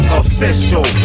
official